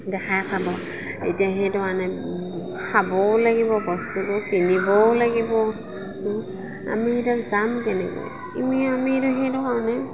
দেখাই খাব এতিয়া সেইটো কাৰণে খাবও লাগিব বস্তুটো কিনিবও লাগিব আমি এতিয়া যাম কেনেকৈ এনেই আমি এতিয়া সেইটো কাৰণেই